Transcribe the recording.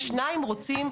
שבהן שניים רוצים,